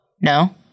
no